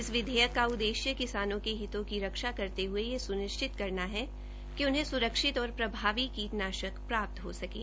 इस विधेयक का उद्देश्य किसानों के हितों की रक्षा करते हये हया सुनिश्चित करना है उन्हें स्रक्षित और प्रभावी कीटनाशक प्राप्त हो सकें